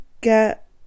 get